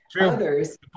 others